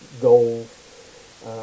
goals